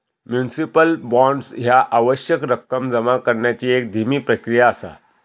municipal bonds ह्या आवश्यक रक्कम जमा करण्याची एक धीमी प्रक्रिया असा